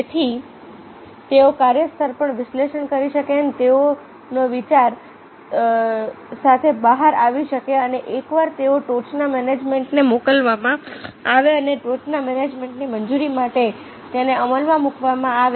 જેથી તેઓ કાર્યસ્થળ પર વિશ્લેષણ કરી શકે અને તેઓ વિચારો સાથે બહાર આવી શકે અને એકવાર તેઓ ટોચના મેનેજમેન્ટને મોકલવામાં આવે અને ટોચના મેનેજમેન્ટની મંજૂરી માટે તેને અમલમાં મૂકવામાં આવે